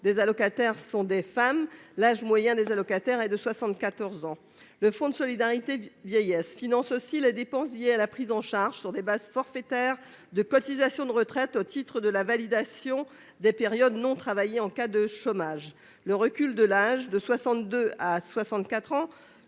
des allocataires sont des femmes, l'âge moyen des allocataires et de 74 ans. Le fonds de solidarité vieillesse finance aussi les dépenses liées à la prise en charge sur des bases forfaitaires de cotisations de retraite au titre de la validation des périodes non travaillées en cas de chômage, le recul de l'âge de 62 à 64 ans